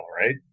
right